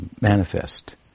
Manifest